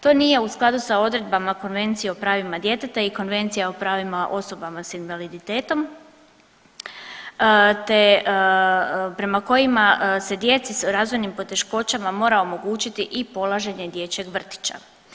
To nije u skladu sa odredbama Konvencije o pravima djeteta i konvencije o pravima osobama s invaliditetom te prema kojima se djeci s razvojnim poteškoćama mora omogućiti i polaženje dječjeg vrtića.